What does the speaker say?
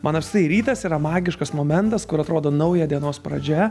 man apskritai rytas yra magiškas momentas kur atrodo nauja dienos pradžia